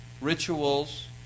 Rituals